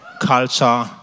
Culture